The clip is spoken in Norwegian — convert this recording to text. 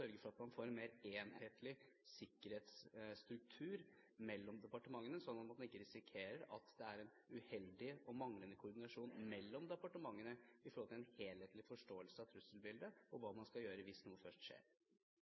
for at man får en mer enhetlig sikkerhetsstruktur blant departementene, slik at man ikke risikerer at det er en uheldig og manglende koordinasjon mellom departementene når det gjelder en helhetlig forståelse av trusselbildet og hva man skal gjøre hvis noe først skjer?